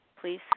please